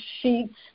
sheets